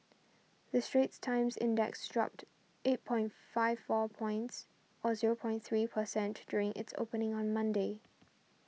the Straits Times Index dropped eight point five four points or zero points three per cent to during its opening on Monday